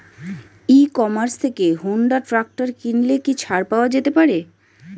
ই commerce থেকে Honda tractor কিনলে কি ছাড় পাওয়া যেতে পারে?